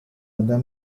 other